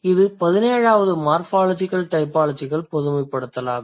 இது பதினேழாவது morphological typological பொதுமைப்படுத்தலாகும்